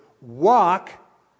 Walk